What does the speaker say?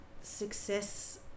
success